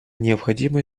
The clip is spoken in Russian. необходимо